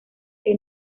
que